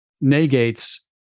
negates